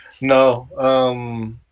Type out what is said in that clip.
No